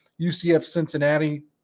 UCF-Cincinnati